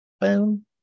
Boom